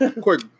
Quick